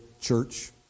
church